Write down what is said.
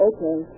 Okay